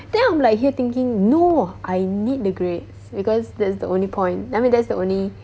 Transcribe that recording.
then I'm like here thinking no I need the grades because that's the only point I mean that's the only